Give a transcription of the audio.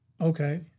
Okay